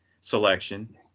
selection